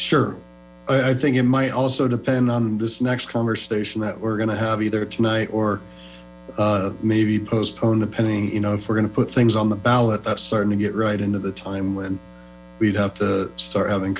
sure i think it might also depend on this next conversation that we're going to have either tonight or maybe postpone depending you know if we're going to put things on the ballot that's starting to get right into the time and we'd have to start having